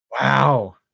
Wow